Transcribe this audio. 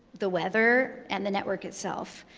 the weather, and the network itself.